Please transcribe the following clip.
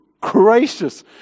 gracious